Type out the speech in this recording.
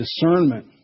discernment